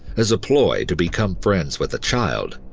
as a ploy to become friends with a child,